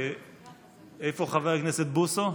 איפה חבר הכנסת בוסו?